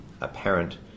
apparent